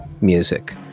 music